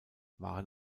waren